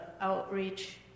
outreach